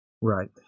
Right